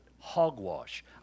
Hogwash